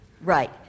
right